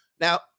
Now